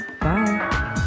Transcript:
Bye